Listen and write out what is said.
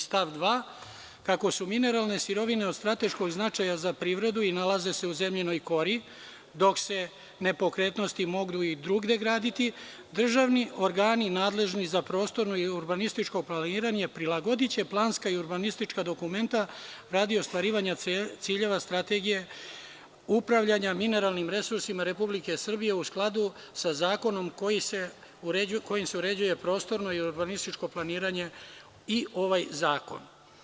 Stav 2. – kako su mineralne sirovine od strateškog značaja za privredu i nalaze se u zemljinoj kori, dok se nepokretnosti mogu i drugde graditi, državni organi nadležni za prostorno i urbanističko planiranje prilagodiće planska i urbanistička dokumenta radi ostvarivanja ciljeva Strategija upravljanja mineralnim resursima RS u skladu sa zakonom kojim se uređuje prostorno planiranje i urbanističko planiranje i ovaj zakon.